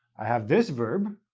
i have this verb,